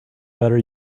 better